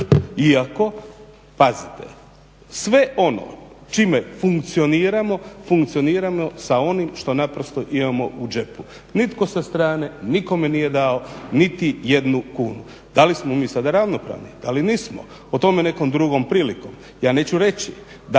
Iako pazite, sve ono čime funkcioniramo, funkcioniramo sa onim što naprosto imamo u džepu. Nitko sa strane nikome nije dao niti jednu kunu. Da li smo mi sada ravnopravni? Da li nismo? O tome nekom drugom prilikom. Ja neću reći da